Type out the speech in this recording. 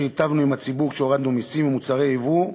שהיטבנו עם הציבור כשהורדנו מסים על מוצרי יבוא,